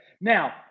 Now